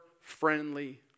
friendly